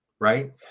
Right